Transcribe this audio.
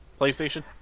PlayStation